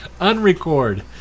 Unrecord